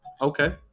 Okay